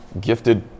gifted